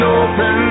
open